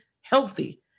healthy